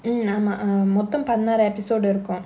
ஆமாம் மொத்தம் பதினாறு:aamaam moththam pathinaaru episode இருக்கும்:irukkum